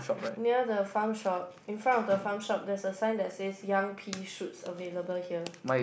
near the farm shop in front of the farm shop there's a sign that says young pea shoots available here